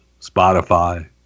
Spotify